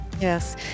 Yes